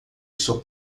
sua